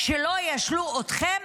שלא ישלו אתכם,